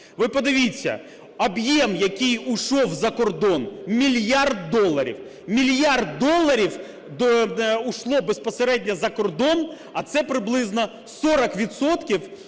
Ви подивіться, об'єм, який ушел за кордон, мільярд доларів, мільярд доларів ушло безпосередньо за кордон, а це приблизно 40